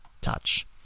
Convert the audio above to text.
touch